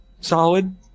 Solid